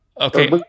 Okay